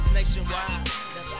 nationwide